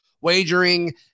wagering